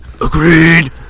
Agreed